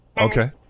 Okay